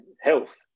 health